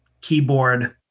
keyboard